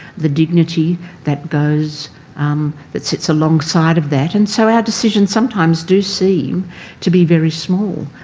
the dignity that goes um that sits alongside of that. and so our decisions sometimes do seem to be very small.